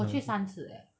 我去三次 leh